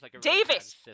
Davis